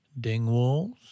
Dingwalls